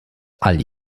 all